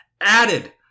added